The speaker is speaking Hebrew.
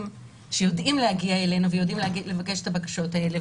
שיודעים להגיע אלינו ויודעים לבקש את הבקשות האלה,